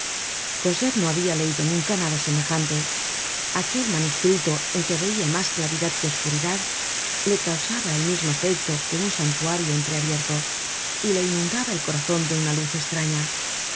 cosette no habia leido nunca nada semejante aquel manuscrito en que veia mas claridad que oscuridad le causaba el mismo efecto que un santuario entreabierto cada una de sus misteriosas líneas resplandecia á sus ojos y le inundaba el corazon de una luz estraña